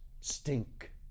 stink